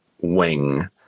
wing